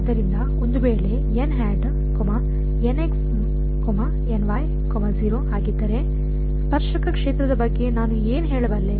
ಆದ್ದರಿಂದಒಂದು ವೇಳೆ ಆಗಿದ್ದರೆ ಸ್ಪರ್ಶಕ ಕ್ಷೇತ್ರದ ಬಗ್ಗೆ ನಾನು ಏನು ಹೇಳಬಲ್ಲೆ